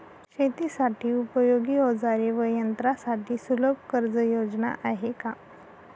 शेतीसाठी उपयोगी औजारे व यंत्रासाठी सुलभ कर्जयोजना आहेत का?